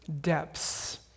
depths